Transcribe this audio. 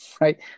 right